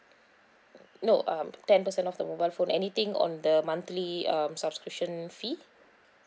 no um ten percent of the mobile phone anything on the monthly um subscription fee